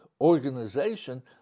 organization